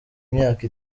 imyaka